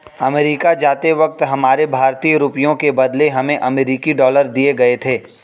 America जाते वक्त हमारे भारतीय रुपयों के बदले हमें अमरीकी डॉलर दिए गए थे